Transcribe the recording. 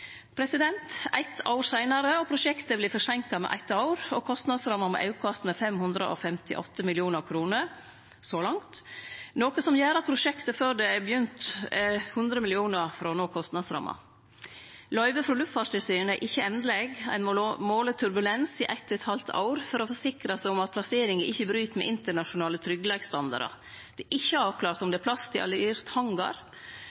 eitt år seinare, og prosjektet vert forseinka med eitt år, og kostnadsramma må aukast med 558 mill. kr – så langt – noko som gjer at prosjektet er 100 mill. kr frå å nå kostnadsramma før det er begynt. Løyvet frå Luftfartstilsynet er ikkje endeleg. Ein må måle turbulens i 1,5 år for å forsikre seg om at plasseringa ikkje bryt med internasjonale tryggleiksstandardar. Det er ikkje avklart om